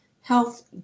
health